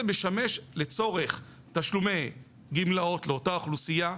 משמש לצורך תשלומי גמלאות לאותה אוכלוסייה,